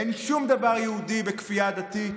אין שום דבר יהודי בכפייה דתית,